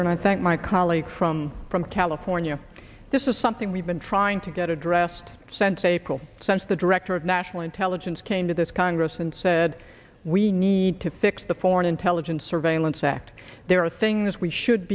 and i thank my colleague from from california this is something we've been trying to get addressed sense april since the director of national intelligence came to this congress and said we need to fix the foreign intelligence surveillance act there are things we should